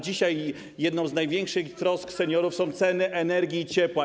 Dzisiaj jedną z największych trosk seniorów są ceny energii i ciepła.